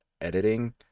editing